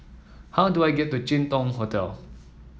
how do I get to Jin Dong Hotel